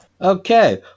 Okay